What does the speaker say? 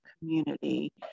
community